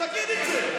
תגיד את זה.